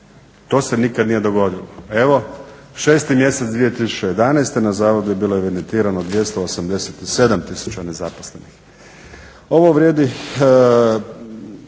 To se nikada nije dogodilo. Evo 6 mjesec 2011. na zavodu je bilo evidentirano 287 tisuća nezaposlenih. Ovo vrijedi